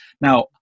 now